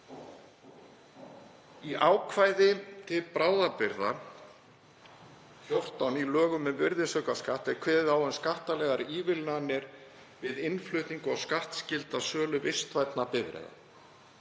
Í ákvæði til bráðabirgða XXIV í lögum um virðisaukaskatt er kveðið á um skattalegar ívilnanir við innflutning og skattskylda sölu vistvænna bifreiða.